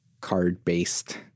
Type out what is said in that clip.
card-based